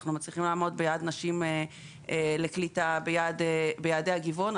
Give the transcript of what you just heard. אנחנו מצליחים לעמוד ביעדי נשים לקליטה ויעדי גיוון.